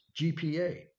GPA